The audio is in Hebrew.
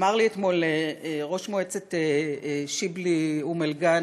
אמר לי אתמול ראש מועצת שיבלי אום-אל-ע'אנם,